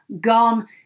gone